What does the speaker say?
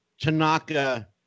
Tanaka